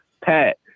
Pat